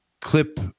clip –